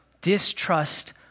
distrust